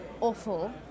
awful